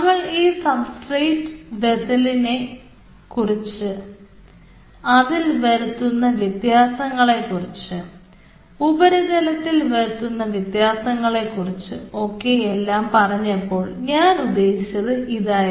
നമ്മൾ ഈ സബ്സ്ട്രേറ്റ് വെസലിനെ കുറിച്ച് അതിൽ വരുത്തുന്ന വ്യത്യാസത്തെക്കുറിച്ച് ഉപരിതലത്തിൽ വരുത്തുന്ന വ്യത്യാസങ്ങളെക്കുറിച്ച് ഓക്കെ എല്ലാം പറഞ്ഞപ്പോൾ ഞാൻ ഉദ്ദേശിച്ചത് ഇതായിരുന്നു